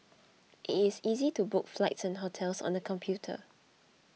it is easy to book flights and hotels on the computer